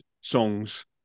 songs